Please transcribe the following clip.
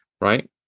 Right